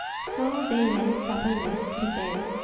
so they went supperless to bed.